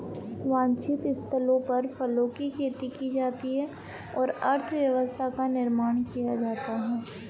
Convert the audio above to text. वांछित स्थलों पर फलों की खेती की जाती है और अर्थव्यवस्था का निर्माण किया जाता है